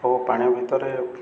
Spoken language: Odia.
ଓ ପାଣି ଭିତରେ